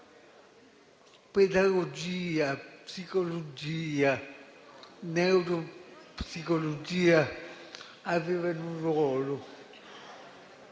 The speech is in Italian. pedagogia, psicologia e neuropsicologia avevano un ruolo